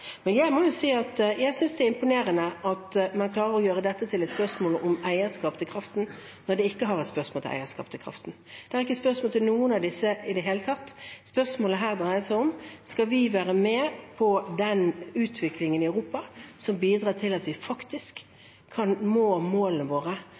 Jeg må si at jeg synes det er imponerende at man klarer å gjøre dette til et spørsmål om eierskap til kraften, når det ikke har vært spørsmål om eierskap til kraften. Det er ikke spørsmål om noe av dette i det hele tatt. Spørsmålet her dreier seg om hvorvidt vi skal være med på den utviklingen i Europa som bidrar til at vi